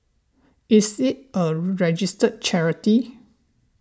is it a registered charity